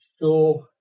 sure